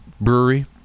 Brewery